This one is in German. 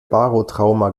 barotrauma